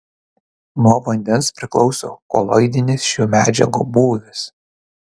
nuo vandens priklauso koloidinis šių medžiagų būvis